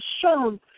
shown